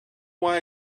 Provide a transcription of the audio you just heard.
why